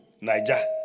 Nigeria